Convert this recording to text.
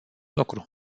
lucru